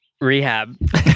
rehab